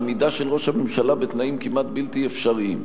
לעמידה של ראש הממשלה בתנאים כמעט בלתי אפשריים.